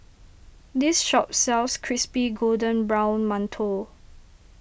this shop sells Crispy Golden Brown Mantou